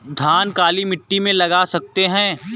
धान काली मिट्टी में लगा सकते हैं?